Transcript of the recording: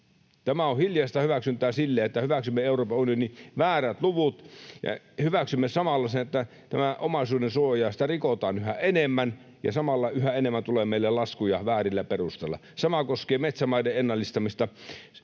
Tämä on hiljaista hyväksyntää sille, että hyväksymme Euroopan unionin väärät luvut ja hyväksymme samalla sen, että omaisuudensuojaa rikotaan yhä enemmän ja samalla yhä enemmän tulee meille laskuja väärillä perusteilla. Sama koskee metsämaiden ennallistamista.